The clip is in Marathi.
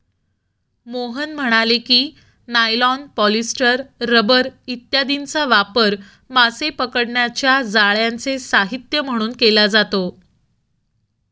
मोहन म्हणाले की, नायलॉन, पॉलिस्टर, रबर इत्यादींचा वापर मासे पकडण्याच्या जाळ्यांचे साहित्य म्हणून केला जातो